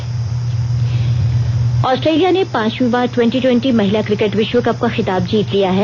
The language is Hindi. क्रिकेट ऑस्ट्रेलिया ने पांचवी बार टवेंटी ट्वेंटी महिला क्रिकेट विश्व कप का खिताब जीत लिया है